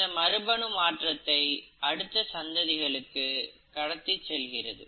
இந்த மரபணு மாற்றத்தை அடுத்த சந்ததிகளுக்கு கடத்திச் செல்கிறது